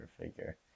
figure